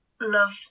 love